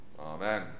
Amen